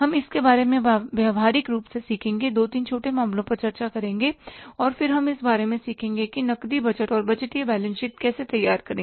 हम इसके बारे में व्यावहारिक रूप से सीखेंगे 2 3 छोटे मामलों पर चर्चा करेंगे और फिर हम इस बारे में सीखेंगे कि नकदी बजट और बजटीय बैलेंस शीट कैसे तैयार करें